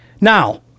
now